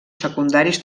secundaris